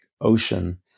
Ocean